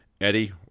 Eddie